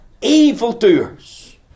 evildoers